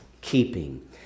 keeping